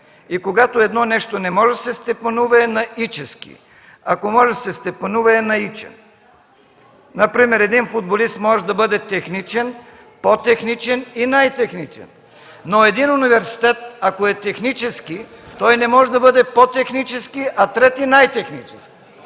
Когато едно нещо не може да се степенува, завършва на –ически, ако може да се степенува, е на -ичен. Например един футболист може да бъде техничен, по-техничен и най-техничен, но ако един университет е технически, той не може да бъде по-технически, а трети – най-технически.